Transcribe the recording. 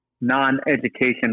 Non-education